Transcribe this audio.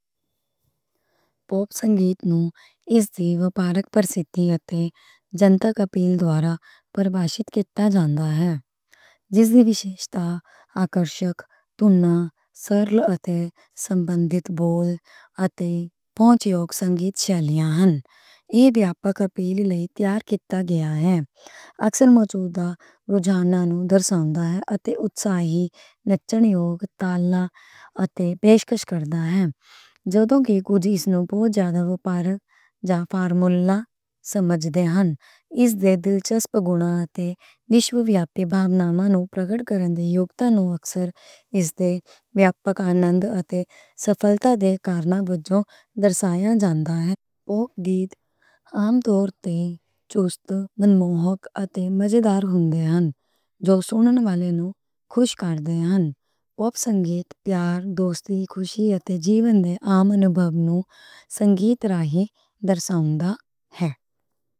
پاپ سنگیت نوں جنتمک اپیل دوارہ پرکاشت کِتا جاندا ہے۔ جس دی وِشیشتا آکرشک تُن، سَرل اتے سنبندھک بول، اتے پہنچ یوگ سنگیت شَیلی ہے۔ اکثر مجودہ رجھان نوں درساوندا ہے اتے اُتساہی، نرتن یوگ تال اتے پیشکش کردا ہے۔ جدوں کہ کچھ لوک اس نوں بہت زیادہ وپارک جا فارمُلا سمجھدے ہن۔ اس دے دلچسپ گُن اتے وِشو ویاپک بھاوناں نوں پرگٹ کرن دی یوگتا نوں اکثر اس دی وِیاپک آنند اتے سفلتہ دے کارن وجوں درشایا جاندا ہے۔ پاپ گیت عام طور تے چست، منموہک اتے مزے دار ہُندے ہن، جو سنن والے نوں خوش کر دے ہن۔ پاپ سنگیت پیار، دوستی، خوشی اتے جیون دے عام انُبھَو نوں سنگیت راہیں درساوندا ہے۔